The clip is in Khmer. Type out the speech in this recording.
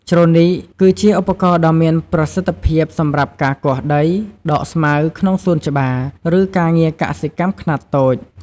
ជ្រនីក គឺជាឧបករណ៍ដ៏មានប្រសិទ្ធភាពសម្រាប់ការគាស់ដី ដកស្មៅក្នុងសួនច្បារ ឬការងារកសិកម្មខ្នាតតូច។